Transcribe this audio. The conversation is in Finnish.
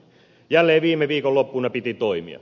jälleen viime viikonloppuna piti toimia